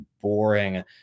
boring